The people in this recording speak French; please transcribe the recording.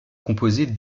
composer